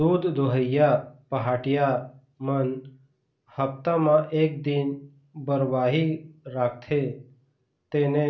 दूद दुहइया पहाटिया मन हप्ता म एक दिन बरवाही राखते तेने